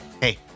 hey